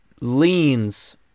leans